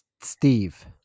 Steve